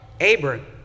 Abram